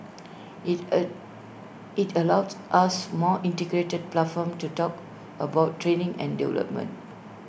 IT it allowed us more integrated platform to talk about training and development